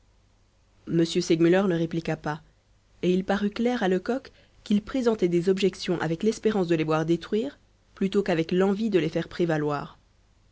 m segmuller ne répliqua pas et il parut clair à lecoq qu'il présentait des objections avec l'espérance de les voir détruire plutôt qu'avec l'envie de les faire prévaloir